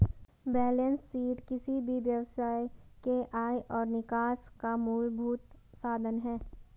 balance sheet किसी भी व्यवसाय के आय और निकास का मूलभूत साधन है